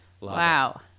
Wow